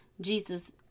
Jesus